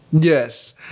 Yes